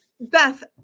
Beth